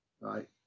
Right